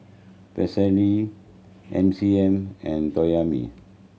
Persil M C M and Toyomi